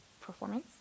performance